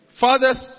Fathers